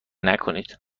نکنید